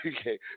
Okay